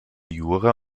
jura